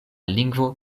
lingvo